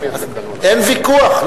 אין ויכוח.